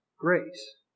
grace